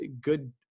good